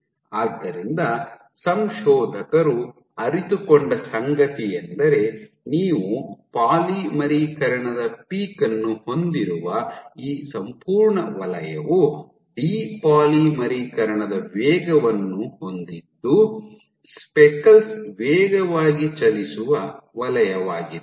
ಆದ್ದರಿಂದ ಸಂಶೋಧಕರು ಅರಿತುಕೊಂಡ ಸಂಗತಿಯೆಂದರೆ ನೀವು ಪಾಲಿಮರೀಕರಣದ ಪೀಕ್ ಅನ್ನು ಹೊಂದಿರುವ ಈ ಸಂಪೂರ್ಣ ವಲಯವು ಡಿ ಪಾಲಿಮರೀಕರಣದ ವೇಗವನ್ನು ಹೊಂದಿದ್ದು ಸ್ಪೆಕಲ್ಸ್ ವೇಗವಾಗಿ ಚಲಿಸುವ ವಲಯವಾಗಿದೆ